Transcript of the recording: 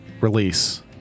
release